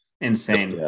Insane